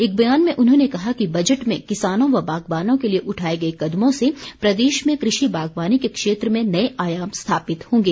एक बयान में उन्होंने कहा कि बजट में किसानों व बागवानों के लिए उठाए गए कदमों से प्रदेश में कृषि बागवानी के क्षेत्र में नए आयाम स्थापित होंगे